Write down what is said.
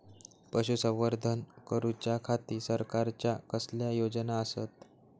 पशुसंवर्धन करूच्या खाती सरकारच्या कसल्या योजना आसत?